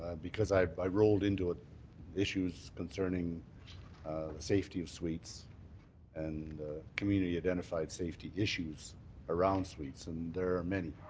because i i rolled into ah issues concerning safety of suites and community identified safety issues around suites. and there are many.